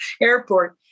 airport